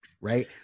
right